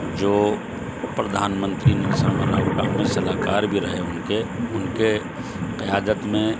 جو پردھان منتری نرسمہا راؤ کے ٹائم میں صلاح کار بھی رہے ان کے ان کے قیادت میں